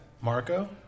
Marco